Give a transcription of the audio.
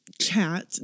chat